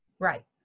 Right